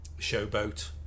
showboat